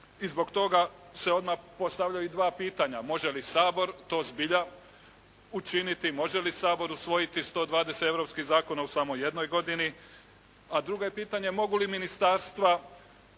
I zbog toga se odmah postavljaju i dva pitanja, može li Sabor to zbilja učiniti? Može li Sabor usvojiti 120 europskih zakona u samo jednoj godini? A drugo je pitanje mogu li ministarstva